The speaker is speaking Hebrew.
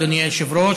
אדוני היושב-ראש,